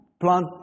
plant